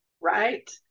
right